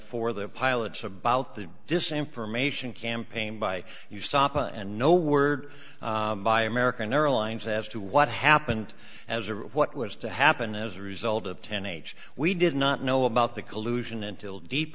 for their pilots about the this information campaign by you stop and no word by american airlines as to what happened as or what was to happen as a result of ten h we did not know about the collusion until deep